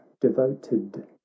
devoted